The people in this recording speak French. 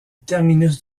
terminus